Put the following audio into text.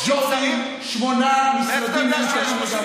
שמונה משרדי ממשלה,